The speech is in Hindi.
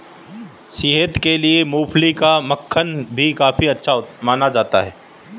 सेहत के लिए मूँगफली का मक्खन भी काफी अच्छा माना जाता है